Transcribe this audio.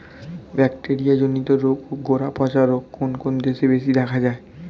Bacteria জনিত রোগ ও গোড়া পচা রোগ কোন দেশে বেশি দেখা যায়?